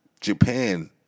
Japan